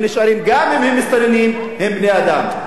גם אם הם מסתננים, הם בני-אדם.